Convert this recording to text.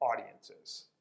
audiences